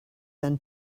than